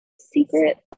secret